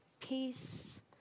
peace